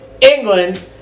England